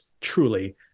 truly